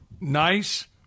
nice